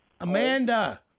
Amanda